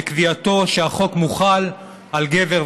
בקביעתו שהחוק מוחל על גבר ואישה.